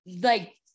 like-